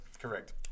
Correct